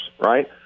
right